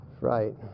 Right